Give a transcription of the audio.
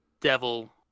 devil